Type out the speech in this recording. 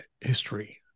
history